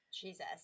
Jesus